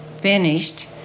finished